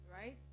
right